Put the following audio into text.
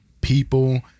people